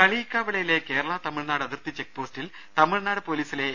കളിയിക്കാവിളയിലെ കേരളാ തമിഴ്നാട് അതിർത്തി ചെക്ക് പോസ്റ്റിൽ തമിഴ്നാട് പൊലീസിലെ എ